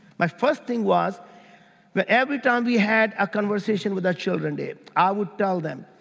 my first thing was but every time we had a conversation with our children, dave, i would tell them,